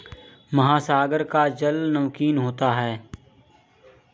महासागर का जल नमकीन होता है